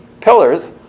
pillars